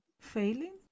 failing